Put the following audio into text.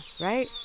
right